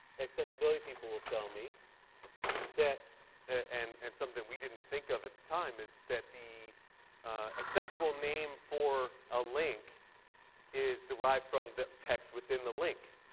accessibility people will tell me that and and something we didn't think of at the time is that the accessible name for a link is derived from the text within the link.